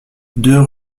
deux